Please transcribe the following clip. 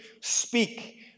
speak